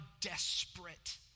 desperate